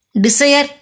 desire